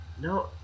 No